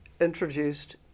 introduced